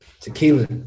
Tequila